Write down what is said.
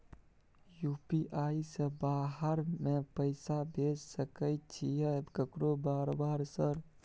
UPI से बाहर में पैसा भेज सकय छीयै केकरो बार बार सर?